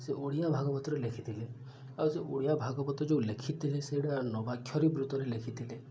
ସେ ଓଡ଼ିଆ ଭାଗବତରେ ଲେଖିଥିଲେ ଆଉ ସେ ଓଡ଼ିଆ ଭାଗବତ ଯେଉଁ ଲେଖିଥିଲେ ସେଇଟା ନବାକ୍ଷରୀ ବୃତରେ ଲେଖିଥିଲେ